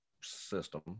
system